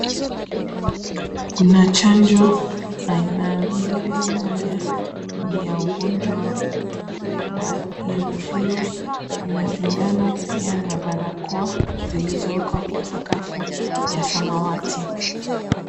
Kuna chanjo aina mbili, moja ni ya ugonjwa wa yellow fever , kuna sindano pia na barakoa zilizoko kwa sakafu ya samawati.